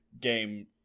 game